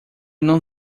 não